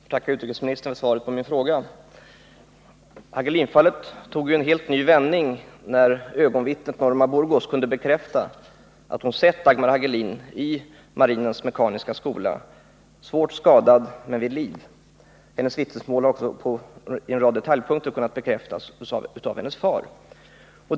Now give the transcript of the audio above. Herr talman! Jag tackar utrikesministern för svaret på min fråga. Dagmar Hagelin-fallet tog en helt ny vändning när ögonvittnet Norma Burgos kunde berätta att hon sett Dagmar Hagelin svårt skadad men vid liv i Marinens mekaniska skola. Hennes vittnesmål har på en rad detaljpunkter också kunnat bekräftas av hennes far.